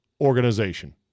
organization